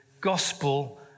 gospel